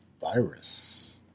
virus